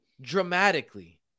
dramatically